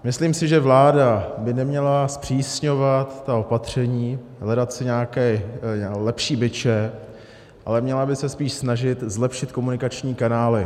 Myslím si, že vláda by neměla zpřísňovat ta opatření, hledat si nějaké lepší biče, ale měla by se spíš snažit zlepšit komunikační kanály.